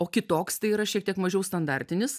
o kitoks tai yra šiek tiek mažiau standartinis